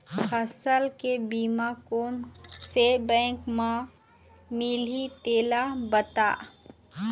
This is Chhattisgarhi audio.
फसल के बीमा कोन से बैंक म मिलही तेला बता?